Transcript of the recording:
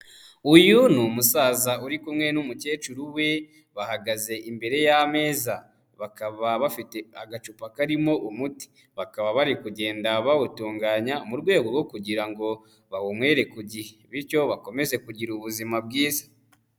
Uyu ni umusaza uri kumwe n'umukecuru we, bahagaze imbere y'ameza. Bakaba bafite agacupa karimo umuti. Bakaba bari kugenda bawutunganya, mu rwego rwo kugira ngo bawunywere gihe bityo bakomeze kugira ubuzima bwiza.